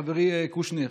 חברי קושניר,